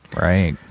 Right